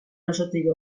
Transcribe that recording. auzotik